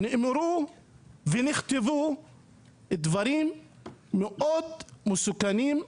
נאמרו ונכתבו דברים מאוד מסוכנים,